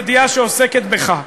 ידיעה שעוסקת בך.